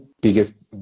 biggest